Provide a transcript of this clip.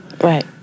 Right